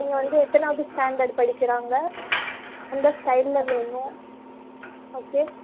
நீங்கள் வந்து எத்தனாவது ஸ்டாண்டர்டு படிக்கிறாங்க எந்த ஸ்டைலில் வேணும் ஓகே